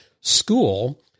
school